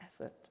effort